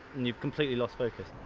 and you've completely lost focus.